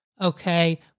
okay